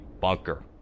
Bunker